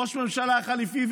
ראש ממשלה חליפי,